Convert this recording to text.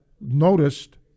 noticed